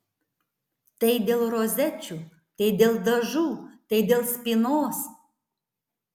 tai dėl rozečių tai dėl dažų tai dėl spynos